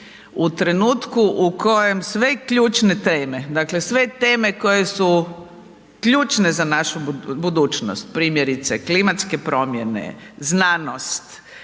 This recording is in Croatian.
U trenutku u kojem sve ključne teme, dakle sve teme koje su ključne za našu budućnost, primjerice klimatske promjene, znanost,